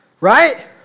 Right